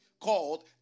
called